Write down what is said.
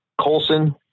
Colson